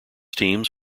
teams